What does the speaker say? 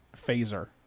phaser